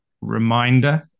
reminder